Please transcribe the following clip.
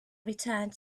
returned